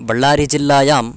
बळ्ळारि जिल्लायां